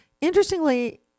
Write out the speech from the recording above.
Interestingly